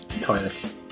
Toilets